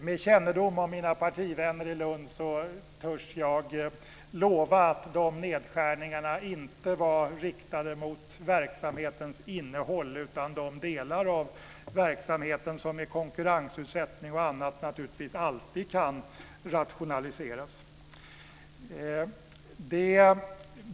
Med kännedom om mina partivänner i Lund så törs jag lova att nedskärningarna inte var riktade mot verksamhetens innehåll utan mot de delar av verksamheten som med konkurrensutsättning och annat naturligtvis alltid kan rationaliseras.